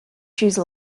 choose